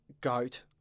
Goat